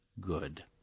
good